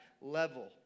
level